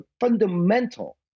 fundamental